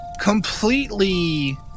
completely